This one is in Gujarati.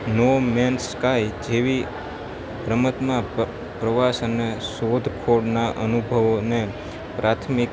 નો મેન્સ સ્કાય જેવી રમતમાં પ્રવાસ અને શોધ ખોળના અનુભવોને પ્રાથમિક